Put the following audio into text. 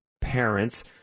parents –